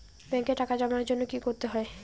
ব্যাংকে টাকা জমানোর জন্য কি কি করতে হয়?